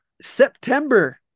September